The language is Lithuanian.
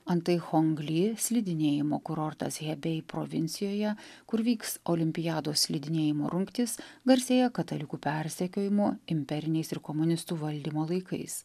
antai chongli slidinėjimo kurortas hebei provincijoje kur vyks olimpiados slidinėjimo rungtys garsėja katalikų persekiojimu imperiniais ir komunistų valdymo laikais